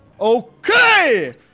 Okay